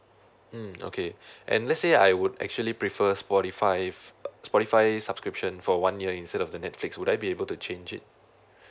mm okay and let's say I would actually prefer Spotify Spotify subscription for one year instead of the Netflix would I be able to change it